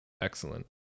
excellent